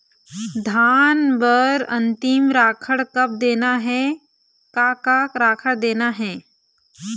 धान बर अन्तिम राखर कब देना हे, का का राखर देना हे?